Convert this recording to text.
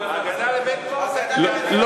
"ההגדה לבית פורסייט", בסדר?